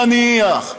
נניח.